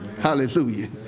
Hallelujah